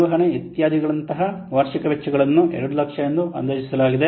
ನಿರ್ವಹಣೆ ಇತ್ಯಾದಿಗಳಂತಹ ವಾರ್ಷಿಕ ವೆಚ್ಚಗಳನ್ನು 200000 ಎಂದು ಅಂದಾಜಿಸಲಾಗಿದೆ